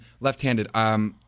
Left-handed